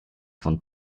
von